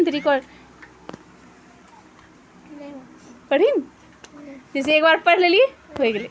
फसल के अंतर्संबंध के प्रारंभिक मूल्यांकन प्रत्येक फसल में पाल जा हइ